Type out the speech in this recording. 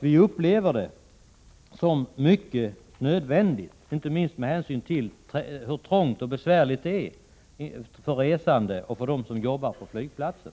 Vi upplever det som mycket nödvändigt med en utbyggnad, inte minst med hänsyn till hur trångt och besvärligt det är för de resande och för dem som jobbar på flygplatsen.